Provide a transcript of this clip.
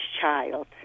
child